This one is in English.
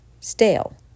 stale